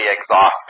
exhausted